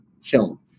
film